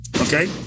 Okay